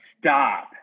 Stop